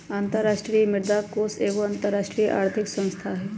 अंतरराष्ट्रीय मुद्रा कोष एगो अंतरराष्ट्रीय आर्थिक संस्था हइ